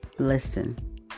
Listen